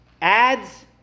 ads